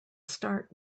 start